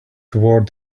toward